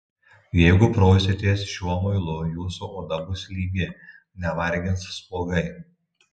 jeigu prausitės šiuo muilu jūsų oda bus lygi nevargins spuogai